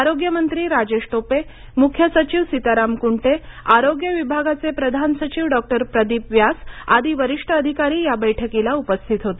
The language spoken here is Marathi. आरोग्य मंत्री राजेश टोपे मुख्य सचिव सीताराम कुंटे आरोग्य विभागाचे प्रधान सचिव डॉ प्रदीप व्यास आदी वरिष्ठ अधिकारी या बैठकीला उपस्थित होते